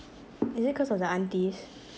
is it cause of the aunties